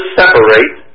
separate